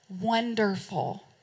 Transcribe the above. wonderful